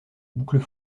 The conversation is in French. boucles